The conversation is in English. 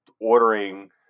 ordering